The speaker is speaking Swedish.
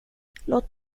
låt